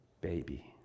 baby